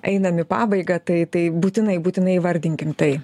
einam į pabaigą tai tai būtinai būtinai įvardinkim tai